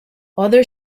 other